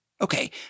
Okay